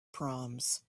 proms